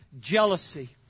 jealousy